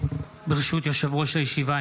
ברשות יושב-ראש הישיבה,